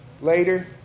later